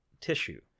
tissue